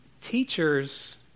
teachers